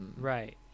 Right